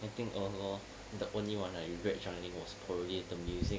I think overall the only one I regret joining was probably the music